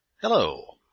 Hello